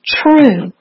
true